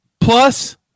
plus